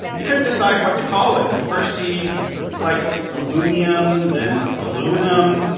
he couldn't decide what to call it. first, he liked alumium, then aluminum.